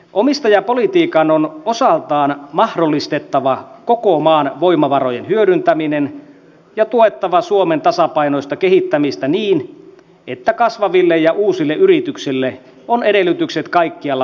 omistajapolitiikan on osaltaan mahdollistettava koko maan voimavarojen hyödyntäminen ja tuettava suomen tasapainoista kehittämistä niin että kasvaville ja uusille yrityksille on edellytykset kaikkialla valtakunnassa